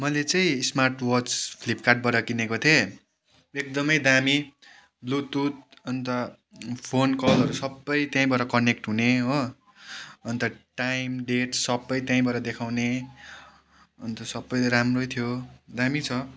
मैले चाहिँ smart watch फ्लिपकार्टबाट किनेको थिएँ एकदमै दामी ब्लुतुथ अन्त फोन कलहरू सबै त्यहीँबाट कनेक्ट हुने हो अन्त टाइम डेट सबै त्यहीँबाट देखाउने अन्त सबै राम्रै थियो दामी छ